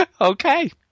okay